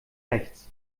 rechts